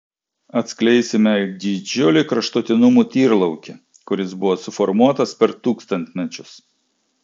atskleisime didžiulį kraštutinumų tyrlaukį kuris buvo suformuotas per tūkstantmečius